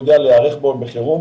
מי שמכיר,